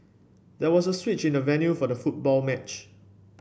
there was a switch in the venue for the football match